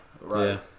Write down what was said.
Right